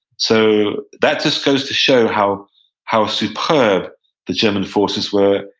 so that just goes to show how how superb the german forces were,